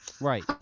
Right